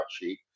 sheet